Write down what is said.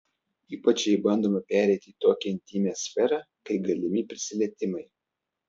ypač jei bandoma pereiti į tokią intymią sferą kai galimi prisilietimai